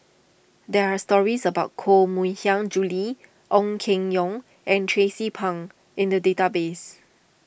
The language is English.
there are stories about Koh Mui Hiang Julie Ong Keng Yong and Tracie Pang in the database